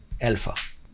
alpha